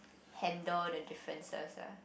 handle the differences ah